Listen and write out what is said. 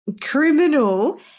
criminal